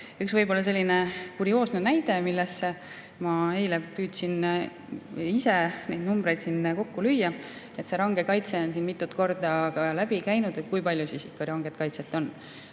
Üks, võib-olla kurioosne näide. Ma eile püüdsin ise numbreid kokku lüüa. See range kaitse on siit mitu korda läbi käinud, et kui palju siis ikka ranget kaitset on.